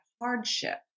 hardship